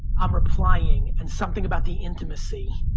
i'm replying and something about the intimacy